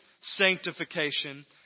sanctification